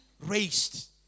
raised